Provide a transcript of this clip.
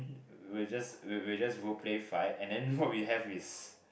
we were just we we were just role play fight and then what we have is